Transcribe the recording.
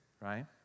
right